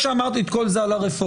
אחרי שאמרתי את כל זה על הרפורמה,